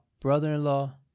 brother-in-law